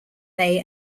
may